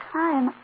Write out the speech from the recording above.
time